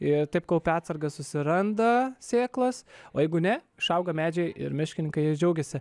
ir taip kaupia atsargas susiranda sėklas o jeigu ne išauga medžiai ir miškininkai jais džiaugiasi